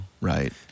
right